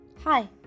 Hi